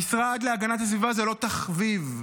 המשרד להגנת הסביבה זה לא תחביב.